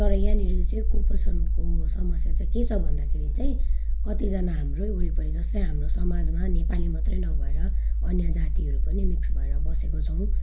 तर यहाँनिर चाहिँ कुपोषणको समस्या चाहिँ के छ भन्दाखेरि चाहिँ कतिजना हाम्रै वरिपरि जस्तै हाम्रो समाजमा नेपाली मात्रै नभएर अन्य जातिहरू पनि मिक्स भएर बसेको छौँ